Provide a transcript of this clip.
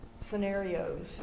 scenarios